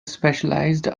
specialised